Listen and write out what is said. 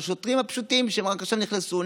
לשוטרים הפשוטים שרק עכשיו נכנסו,